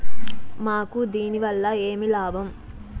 మాకు దీనివల్ల ఏమి లాభం